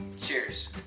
Cheers